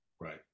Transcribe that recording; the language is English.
right